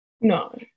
No